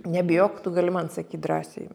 nebijok tu gali man sakyt drąsiai